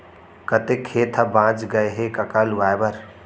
कतेक खेत ह बॉंच गय हे कका लुवाए बर?